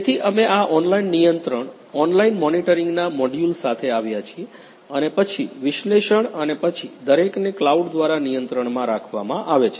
તેથી અમે આ ઓનલાઇન નિયંત્રણ ઓનલાઇન મોનિટરિંગના મોડ્યુલ સાથે આવ્યા છીએ અને પછી વિશ્લેષણ અને પછી દરેકને કલાઉડ દ્વારા નિયંત્રણમાં રાખવામાં આવે છે